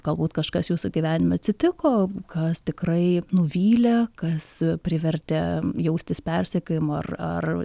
galbūt kažkas jūsų gyvenime atsitiko kas tikrai nuvylė kas privertė jaustis persekiojamu ar ar